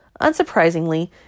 Unsurprisingly